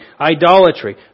idolatry